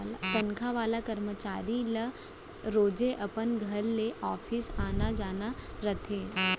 तनखा वाला करमचारी ल रोजे अपन घर ले ऑफिस आना जाना रथे